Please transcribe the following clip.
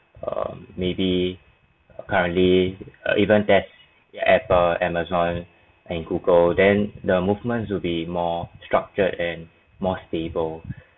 um maybe currently err even that apple amazon and google then the movements will be more structured and more stable